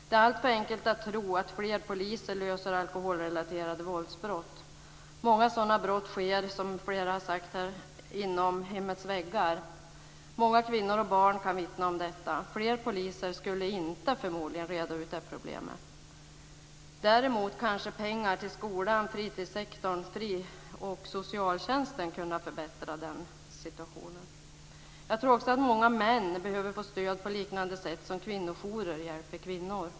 Det är alltför enkelt att tro att fler poliser löser alkoholrelaterade våldsbrott. Många sådana brott sker, som flera har sagt, inom hemmets väggar. Många kvinnor och barn kan vittna om detta. Fler poliser skulle förmodligen inte reda ut det problemet. Däremot skulle kanske pengar till skolan, fritidssektorn och socialtjänsten kunna förbättra situationen. Jag tror också att många män behöver få stöd på ett sätt som liknar det som kvinnor får från kvinnojourer.